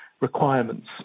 requirements